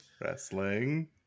Wrestling